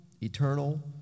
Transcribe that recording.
eternal